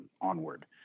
onward